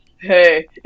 hey